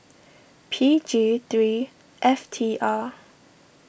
P G three F T R